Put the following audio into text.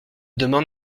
demande